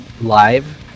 live